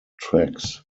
tracks